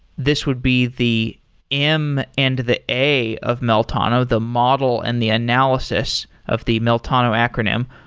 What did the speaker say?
this would be the m and the a of meltano, the model and the analysis of the meltano acronym.